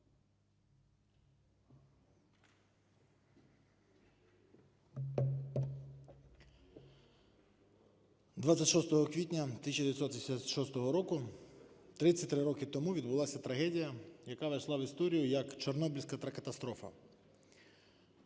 26 квітня 1986 року, 33 роки тому, відбулася трагедія, яка ввійшла в історію як Чорнобильська катастрофа.